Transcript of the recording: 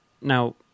now